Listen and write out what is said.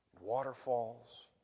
waterfalls